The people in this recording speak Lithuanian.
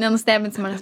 nenustebinsi manęs